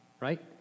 right